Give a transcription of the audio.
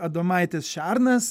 adomaitis šernas